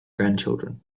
grandchildren